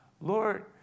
Lord